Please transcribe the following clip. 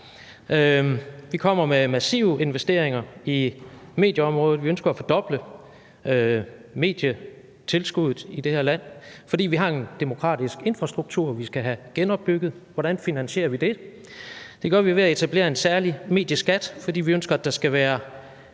Vi kommer med massive investeringer på medieområdet – vi ønsker at fordoble medietilskuddet i det her land, fordi vi har en demokratisk infrastruktur, vi skal have genopbygget. Hvordan finansierer vi det? Det gør vi ved at etablere en særlig medieskat, fordi vi ønsker, at der skal være